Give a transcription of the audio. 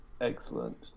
Excellent